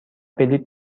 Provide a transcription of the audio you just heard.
بلیط